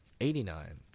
Eighty-nine